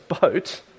boat